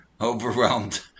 overwhelmed